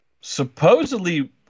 Supposedly